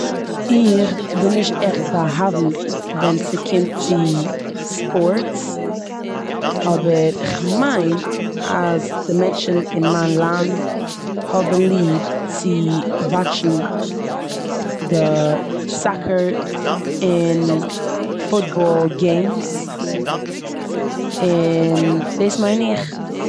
איך בין נישט עכט באהאוונט ווען ס'קומט צו ספארטס אבער כ'מיין אז די מענטשן אין מיין לאנד האבן ליב צו וואטשן די סאקקער און פוטבאל געימס און דאס מיין איך.